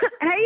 Hey